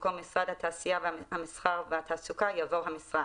במקום "משרד התעשיה המסחר והתעסוקה" יבוא "המשרד".